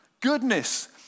goodness